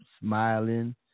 smiling